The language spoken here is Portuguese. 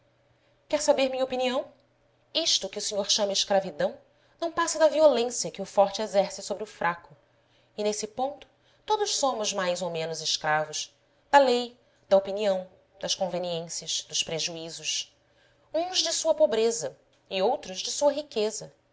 quer saber minha opinião isto que o senhor chama escravidão não passa da violência que o forte exerce sobre o fraco e nesse ponto todos somos mais ou menos escravos da lei da opinião das conveniências dos prejuízos uns de sua pobreza e outros de